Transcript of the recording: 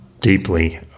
deeply